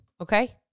okay